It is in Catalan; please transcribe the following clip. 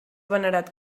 venerat